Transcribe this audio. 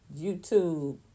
youtube